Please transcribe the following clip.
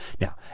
Now